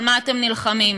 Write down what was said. על מה אתם נלחמים?